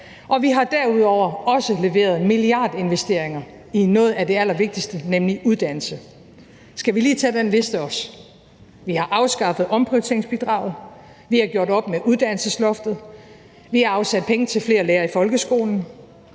og vi har derudover også leveret milliardinvesteringer i noget af det allervigtigste, nemlig uddannelse. Skal vi lige tage den liste også? Vi har afskaffet omprioriteringsbidraget, vi har gjort op med uddannelsesloftet, vi har afsat penge til flere lærere i folkeskolen,